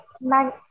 man